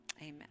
Amen